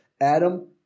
Adam